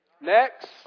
Next